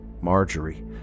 marjorie